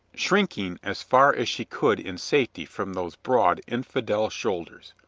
shrinking as far as she could in safety from those broad infidel shoulders.